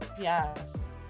Yes